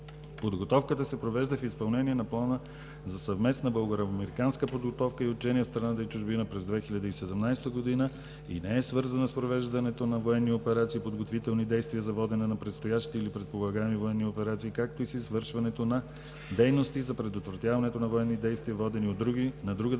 Подготовката се провежда в изпълнение на Плана за съвместна българо-американска подготовка и учение в страната и чужбина през 2017 г. и не е свързана с провеждането на военни операции, подготвителни действия за водене на предстоящи или предполагаеми военни операции, както и с извършването на дейности за предотвратяването на военни действия, водени от други